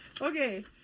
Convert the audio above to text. okay